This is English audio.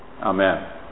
Amen